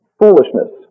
foolishness